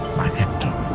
by hector.